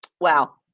Wow